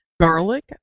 garlic